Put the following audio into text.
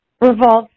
Revolt